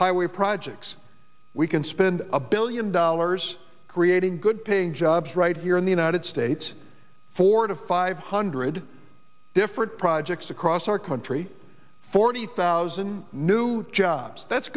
highway projects we can spend a billion dollars creating good paying jobs right here in the united states four to five hundred different projects across our country forty thousand new jobs that's